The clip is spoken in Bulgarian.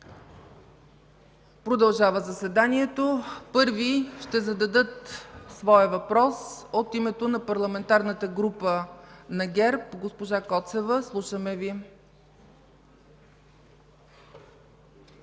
Продължава заседанието. Първа ще зададе своя въпрос от името на Парламентарната група на ГЕРБ госпожа Коцева. Слушаме Ви.